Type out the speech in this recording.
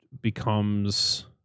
becomes